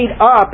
up